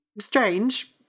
strange